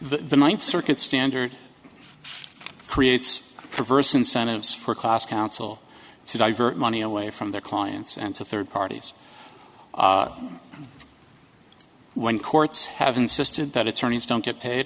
the ninth circuit standard creates perverse incentives for class counsel to divert money away from their clients and to third parties when courts have insisted that attorneys don't get paid